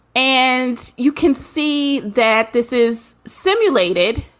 and you can see that this is simulated.